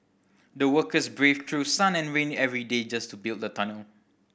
the workers braved through sun and rain every day just to build the tunnel